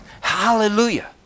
hallelujah